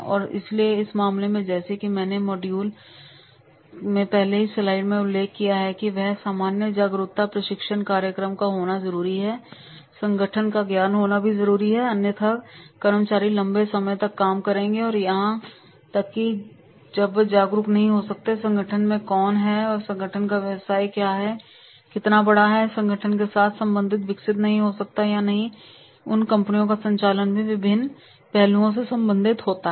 और इसलिए इस मामले में जैसा कि मैंने मॉड्यूल तेरह की पहली स्लाइड में उल्लेख किया है कि वहां सामान्य जागरूकता प्रशिक्षण कार्यक्रम का होना जरूरी है संगठन का ज्ञान होना भी जरूरी है अन्यथा कर्मचारी लंबे समय तक काम करेंगे और यहां तक कि तब वे जागरूक नहीं हो सकते हैं संगठन में कौन है और संगठन का व्यवसाय क्या है संगठन कितना बड़ा है संगठन के साथ संबंध विकसित नहीं हो सकता है या नहीं इसलिए उन्हें कंपनी के संचालन के विभिन्न पहलुओं से संबंधित होना चाहिए